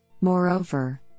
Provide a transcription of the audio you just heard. Moreover